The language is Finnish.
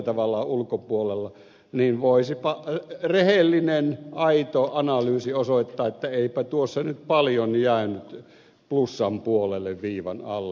ovat ulkopuolella niin voisipa rehellinen aito analyysi osoittaa että eipä tuossa nyt paljon jäänyt plussan puolelle viivan alle